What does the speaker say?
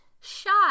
shot